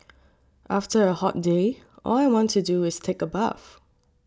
after a hot day all I want to do is take a bath